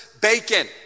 bacon